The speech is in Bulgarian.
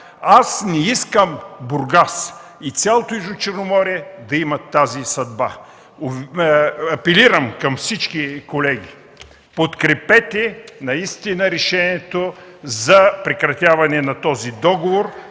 Аз не искам Бургас и цялото Южно Черноморие да имат тази съдба. Апелирам към всички колеги: подкрепете решението за прекратяване на този договор,